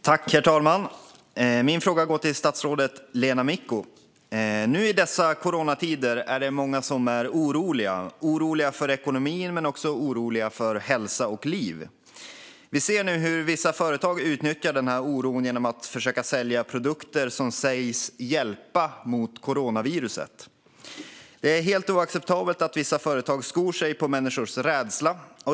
Herr talman! Min fråga går till statsrådet Lena Micko. I dessa coronatider är det många som är oroliga - oroliga för ekonomin men också oroliga för hälsa och liv. Vi ser nu hur vissa företag utnyttjar den oron genom att försöka sälja produkter som sägs hjälpa mot coronaviruset. Det är helt oacceptabelt att vissa företag skor sig på människors rädsla.